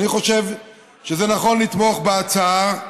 אני חושב שנכון לתמוך בהצעה,